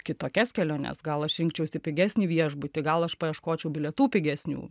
kitokias keliones gal aš rinkčiausi pigesnį viešbutį gal aš paieškočiau bilietų pigesnių